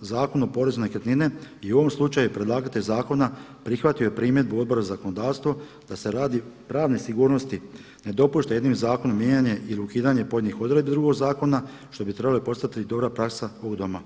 Zakon o porezu na nekretnine i u ovom slučaju je predlagatelj zakona prihvatio primjedbu Odbora za zakonodavstvo da se radi pravne sigurnosti ne dopušta jednim zakonom mijenjanje ili ukidanje pojedinih odredbi drugog zakona, što bi trebalo i postati dobra praksa ovog Doma.